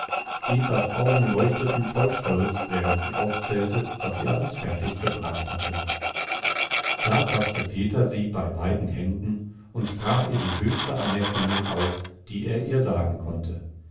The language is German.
evas augen leuchteten voll stolz während sie aufzählte was sie alles fertiggebracht hatte da faßte peter sie bei beiden händen und sprach ihr die höchste anerkennung aus die er ihr sagen konnte